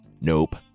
Nope